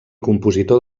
compositor